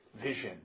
vision